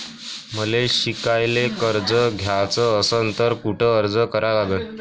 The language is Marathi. मले शिकायले कर्ज घ्याच असन तर कुठ अर्ज करा लागन?